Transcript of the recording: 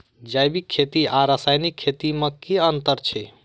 जैविक खेती आ रासायनिक खेती मे केँ अंतर छै?